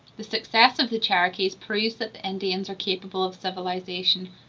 the success of the cherokees proves that the indians are capable of civilization,